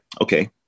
okay